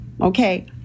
okay